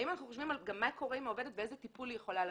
האם אנחנו חושבים על מה קורה עם העובדת ואיזה טיפול היא יכולה לתת.